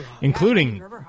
Including